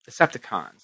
Decepticons